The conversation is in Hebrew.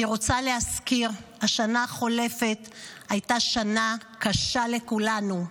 אני רוצה להזכיר: השנה החולפת הייתה שנה קשה לכולנו,